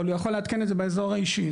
הוא יכול לעדכן את זה באזור האישי,